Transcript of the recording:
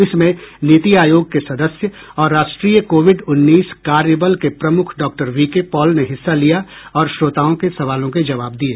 इसमें नीति आयोग के सदस्य और राष्ट्रीय कोविड उन्नीस कार्यबल के प्रमुख डॉक्टर वीके पॉल ने हिस्सा लिया और श्रोताओं के सवालों के जवाब दिए